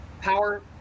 power